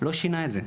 לא שינה את זה.